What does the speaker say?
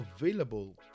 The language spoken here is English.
available